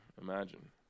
Imagine